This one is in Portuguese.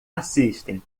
assistem